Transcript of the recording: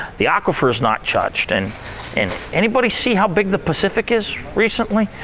the aquifer's not touched. and and anybody see how big the pacific is, recently?